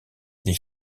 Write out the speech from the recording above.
des